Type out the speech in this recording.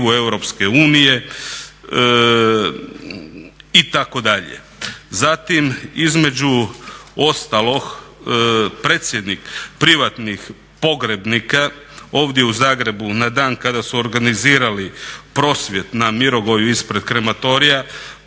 na direktivu EU itd. Zatim između ostalog predsjednik privatnih pogrebnika ovdje u Zagrebu na dan kada su organizirali prosvjed na Mirogoju ispred krematorija